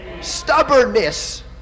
Stubbornness